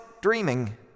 dreaming